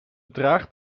draagt